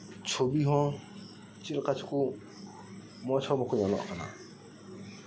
ᱪᱷᱚᱵᱤ ᱦᱚᱸ ᱪᱮᱫ ᱠᱟ ᱪᱚᱠᱚ ᱢᱚᱸᱡᱽ ᱦᱚᱸ ᱵᱟᱠᱚ ᱧᱮᱞᱚᱜ ᱠᱟᱱᱟ